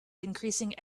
increasing